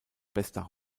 bester